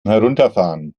herunterfahren